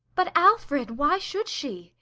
but, alfred, why should she?